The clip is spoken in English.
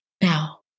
now